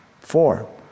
Four